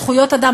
זכויות אדם,